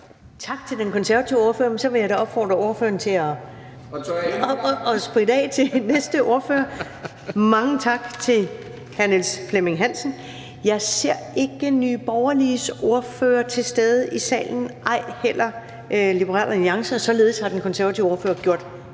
Tak til den konservative ordfører. Så vil jeg da opfordre ordføreren til at spritte af før næste ordfører. Mange tak til hr. Niels Flemming Hansen. Jeg ser ikke Nye Borgerliges ordfører til stede i salen, ej heller Liberal Alliances ordfører, og således har den konservative ordfører gjort